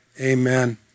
Amen